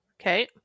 okay